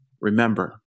remember